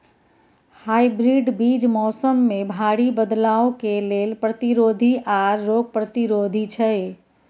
hybrid बीज मौसम में भारी बदलाव के लेल प्रतिरोधी आर रोग प्रतिरोधी छै